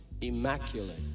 immaculate